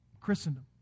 Christendom